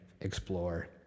explore